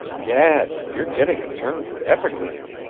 gad, you're getting a turn for epigram!